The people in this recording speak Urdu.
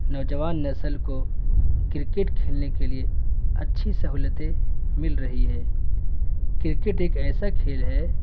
نوجوان نسل کو کرکٹ کھیلنے کے لیے اچھی سہولتیں مل رہی ہے کرکٹ ایک ایسا کھیل ہے